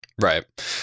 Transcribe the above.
Right